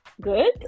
good